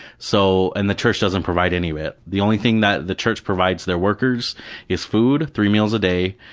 so and the church doesn't provide any of it. the only thing that the church provides to their workers is food, three meals a day,